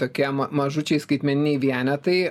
tokie ma mažučiai skaitmeniniai vienetai